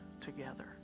together